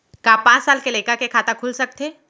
का पाँच साल के लइका के खाता खुल सकथे?